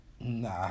Nah